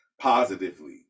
positively